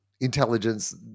intelligence